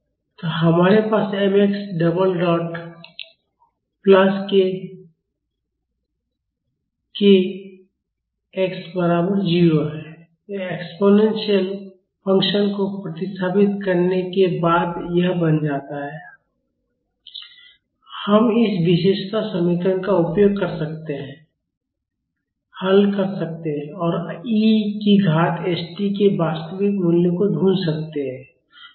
तो हमारे पास mx डबल डॉट प्लस के kx बराबर 0 है एक्सपोनेंशियल फ़ंक्शन को प्रतिस्थापित करने के बाद यह बन जाता है हम इस विशेषता समीकरण का उपयोग कर सकते हैं हल कर सकते हैं और ई की घात st के वास्तविक मूल्यों को ढूंढ सकते हैं